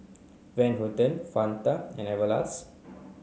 Van Houten Fanta and Everlast